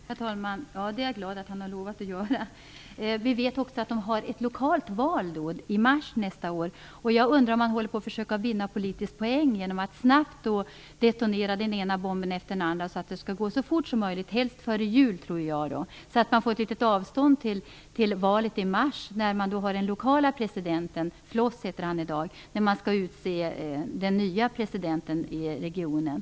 Herr talman! Det är jag glad för att han har lovat att göra. Vi vet också att man har ett lokalt val i mars nästa år. Jag undrar om Chirac håller på att försöka vinna politiska poäng genom att snabbt detonera den ena bomben efter den andra så att det skall gå så fort som möjligt, helst före jul. På så sätt får man litet avstånd till det lokala presidentvalet i mars då den nya presidenten skall utses. I dag heter presidenten Floss.